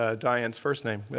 ah diane's first name